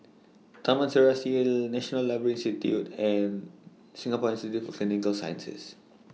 Taman Serasi National Library Institute and Singapore Institute For Clinical Sciences